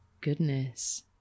Goodness